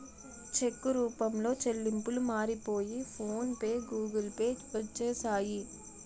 చెక్కు రూపంలో చెల్లింపులు మారిపోయి ఫోన్ పే గూగుల్ పే వచ్చేసాయి